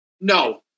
no